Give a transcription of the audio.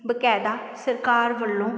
ਬਕਾਇਦਾ ਸਰਕਾਰ ਵੱਲੋਂ